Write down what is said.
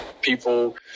people